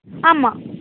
ஆமாம்